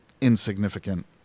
insignificant